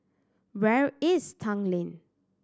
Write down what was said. where is Tanglin